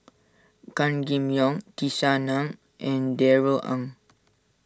Gan Kim Yong Tisa Ng and Darrell Ang